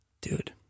dude